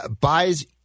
buys